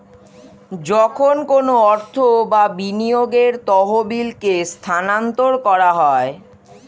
যখন কোনো অর্থ বা বিনিয়োগের তহবিলকে স্থানান্তর করা হয়